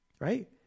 right